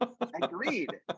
Agreed